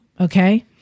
okay